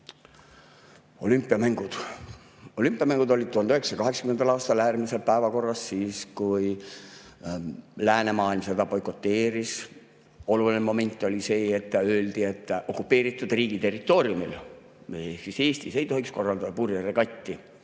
Olümpiamängud olid 1980. aastal äärmiselt päevakorral, siis kui läänemaailm neid boikoteeris. Oluline moment oli see, et öeldi: okupeeritud riigi territooriumil ehk siis Eestis ei tohiks korraldada purjeregatti.